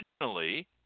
originally